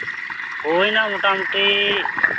ᱦᱳᱭᱱᱟ ᱢᱚᱴᱟᱢᱩᱴᱤ